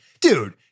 dude